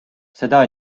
seda